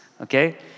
okay